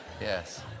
Yes